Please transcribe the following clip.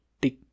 Tick